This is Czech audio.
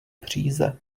příze